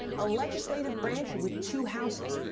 a legislative branch with two houses,